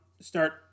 start